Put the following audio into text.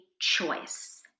choice